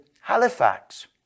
Halifax